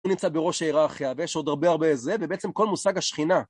נמצא בראש היררכיה, ויש עוד הרבה הרבה לזה, ובעצם כל מושג השכינה.